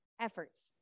efforts